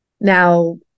Now